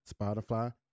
Spotify